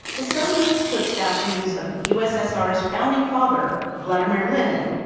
the soviets put statues of the ussr's founding father, vladimir lenin,